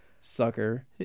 sucker